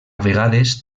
vegades